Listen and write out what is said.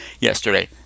yesterday